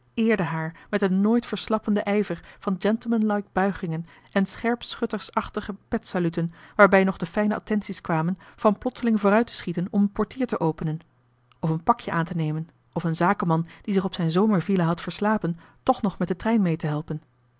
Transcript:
eerde haar met een nooit verslappenden ijver van gentlemanlike buigingen en scherpschuttersachtige petsaluten waarbij nog de fijne attenties kwamen van plotseling vooruit te schieten om een portier te openen of een pakje aan te nemen of een zakenman die zich op zijn zomervilla had verslapen toch nog met den trein mee te helpen